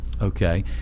Okay